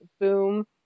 boom